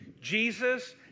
Jesus